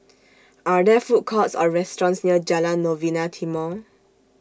Are There Food Courts Or restaurants near Jalan Novena Timor